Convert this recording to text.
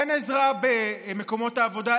אין עזרה במקומות העבודה,